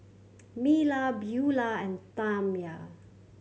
Myla Beula and Tamya